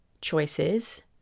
choices